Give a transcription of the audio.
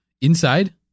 Inside